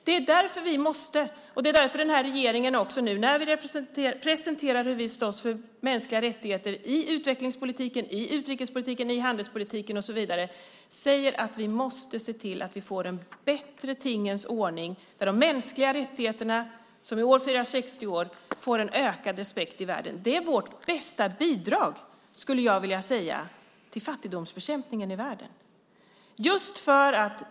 Det är därför den här regeringen när vi presenterar hur vi slåss för mänskliga rättigheter i utvecklingspolitiken, i utrikespolitiken, i handelspolitiken och så vidare säger att vi måste se till att vi får en bättre tingens ordning så att de mänskliga rättigheterna, som i år firar 60 år, får en ökad respekt i världen. Det är vårt bästa bidrag, skulle jag vilja säga, till fattigdomsbekämpningen i världen.